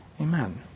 amen